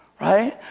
Right